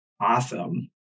Awesome